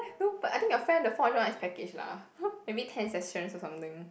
no but I think your friend the four hundred one is package lah maybe ten sessions or something